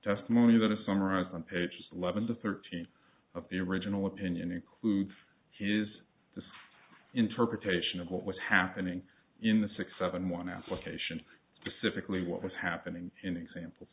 testimony that a summarized on page eleven to thirteen of the original opinion includes to use interpretation of what was happening in the six seven one application specific lay what was happening in example